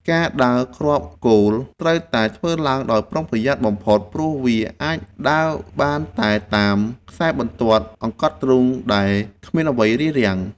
ការដើរគ្រាប់គោល ត្រូវតែធ្វើឡើងដោយប្រុងប្រយ័ត្នបំផុតព្រោះវាអាចដើរបានតែតាមខ្សែបន្ទាត់អង្កត់ទ្រូងដែលគ្មានអ្វីរារាំង។